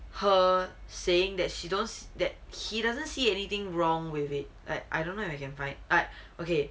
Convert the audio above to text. her saying that she don't that he don't see anything wrong with it like I don't know if you can find I okay